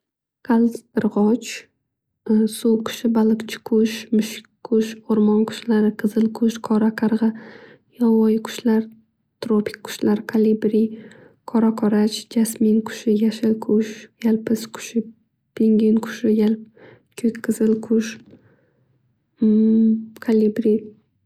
Qaldirg'och, suv qushi, baliqchi qush, mushuk qush, o'rmon qushlari, qizil qush, qora qarg'a, yovvoyi qushlar, tropik qushlar, kalibri, qora qarach, jasmin qushi, yashil qush, yalpiz qushi, pingvin qushi, yal- ko'k qizil qush, kalibri.